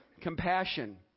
compassion